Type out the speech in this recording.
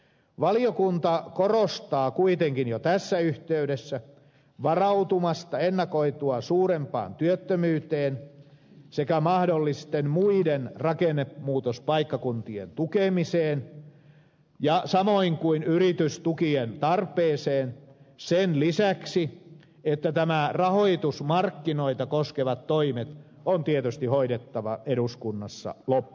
valiokunta korostaa kuitenkin jo tässä yhteydessä varautumista ennakoitua suurempaan työttömyyteen sekä mahdollisten muiden rakennemuutospaikkakuntien tukemiseen samoin kuin yritystukien tarpeeseen sen lisäksi että rahoitusmarkkinoita koskevat toimet on tietysti hoidettava eduskunnassa loppuun